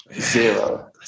zero